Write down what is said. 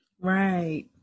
Right